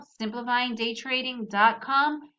simplifyingdaytrading.com